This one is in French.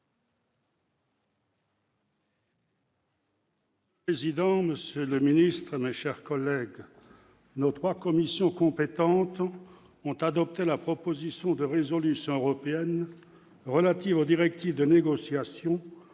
Indonésie. J'ai donc Monsieur le Ministre, mes chers collègues, nos 3 commissions compétentes ont adopté la proposition de résolution européenne relative aux directives de négociation